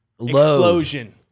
explosion